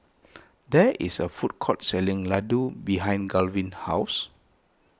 there is a food court selling Ladoo behind Garvin's house